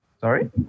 Sorry